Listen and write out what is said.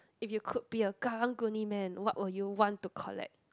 if you could be a karung-guni man what would you want to collect